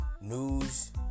news